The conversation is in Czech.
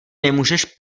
nemůžeš